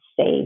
safe